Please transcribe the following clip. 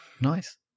Nice